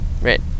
right